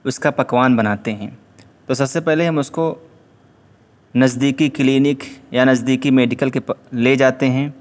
اس کا پکوان بناتے ہیں تو سب سے پہلے ہم اس کو نزدیکی کلینک یا نزدیکی میڈیکل لے جاتے ہیں